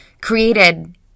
created